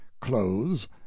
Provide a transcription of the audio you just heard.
clothes